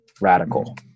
radical